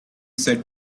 said